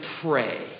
pray